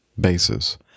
Bases